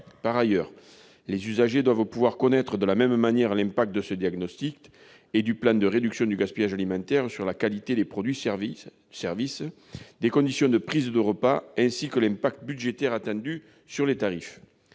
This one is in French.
Par ailleurs, les usagers doivent pouvoir connaître, de la même manière, l'impact de ce diagnostic et du plan de réduction du gaspillage alimentaire sur la qualité des produits, des services, des conditions de prise des repas, ainsi que l'impact budgétaire attendu sur les tarifs.